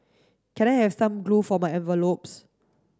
can I have some glue for my envelopes